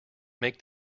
make